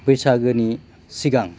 बैसागोनि सिगां